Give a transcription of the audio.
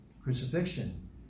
crucifixion